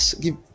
give